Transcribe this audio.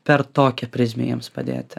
per tokią prizmę jiems padėti